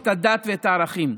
את הדת ואת הערכים.